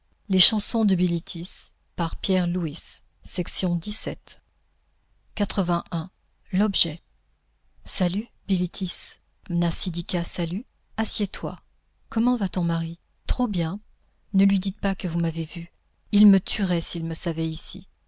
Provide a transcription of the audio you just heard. l'objet salut bilitis mnasidika salut assieds-toi comment va ton mari trop bien ne lui dites pas que vous m'avez vue il me tuerait s'il me savait ici